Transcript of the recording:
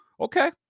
okay